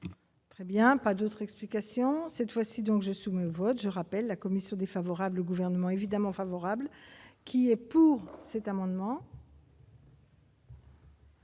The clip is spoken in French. Très bien, pas d'autres explications, cette fois-ci, donc je soumis au vote, je rappelle la Commission défavorable gouvernement évidemment favorable qui est pour cet amendement.